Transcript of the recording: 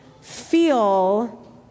feel